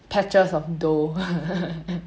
patches of dough